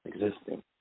existing